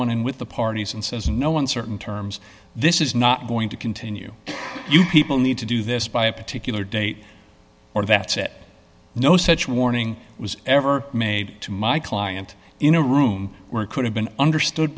one in with the parties and says no one certain terms this is not going to continue you people need to do this by a particular date or that said no such warning was ever made to my client in a room where it could have been understood